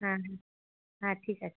হ্যাঁ হ্যাঁ হ্যাঁ ঠিক আছে